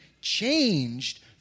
changed